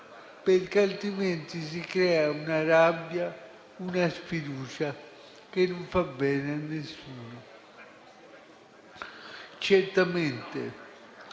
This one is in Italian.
perché altrimenti si creano una rabbia e una sfiducia che non fanno bene a nessuno.